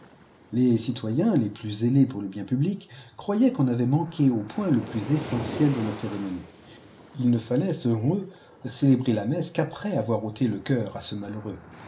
les citoyens les plus zélés pour le bien public croyaient qu'on avait manqué au point le plus essentiel de la cérémonie il ne fallait selon eux célébrer la messe qu'après avoir ôté le cœur à ce malheureux